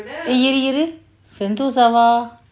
இரு இரு:iru iru sentosa ah